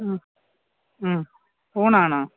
മ് മ് ഫോണാണോ